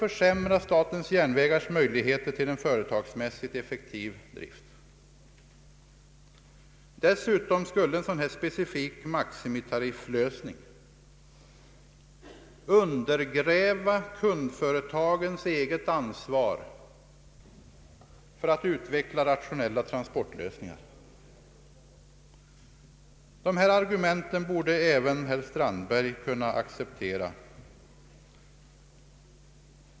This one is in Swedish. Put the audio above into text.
Sverige är sålunda det första land åtminstone i Europa som har infört ett transportstöd som både är regionalt utformat och transportpolitiskt genomtänkt. Jag sade att det råder allmän enighet om angelägenheten av ett transportstöd som skulle vara förenligt med den transportpolitiska målsättningen.